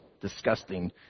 disgusting